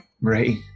Right